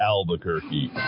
Albuquerque